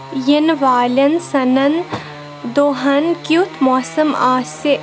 یِنہٕ والین سَنَن دۄہن کِیُتھ موسم آسہِ ؟